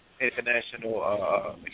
international